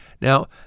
now